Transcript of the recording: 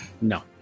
No